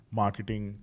marketing